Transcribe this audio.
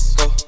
go